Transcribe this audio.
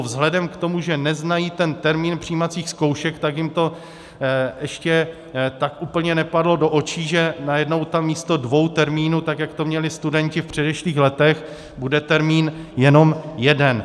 Vzhledem k tomu, že neznají ten termín přijímacích zkoušek, tak jim to ještě tak úplně nepadlo do očí, že najednou tam místo dvou termínů, tak jak to měli studenti v předešlých letech, bude termín jenom jeden.